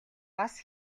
бас